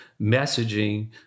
messaging